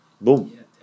Boom